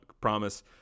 promise